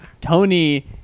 Tony